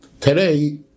Today